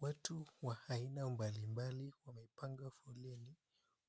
Watu wa aina mbali mbali wamepanga foleni,